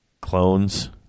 Clones